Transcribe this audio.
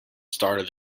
started